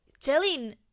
telling